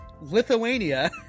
Lithuania